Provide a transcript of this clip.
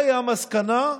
מהי המסקנה?